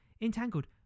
Entangled